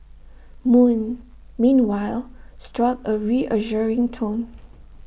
moon meanwhile struck A reassuring tone